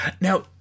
now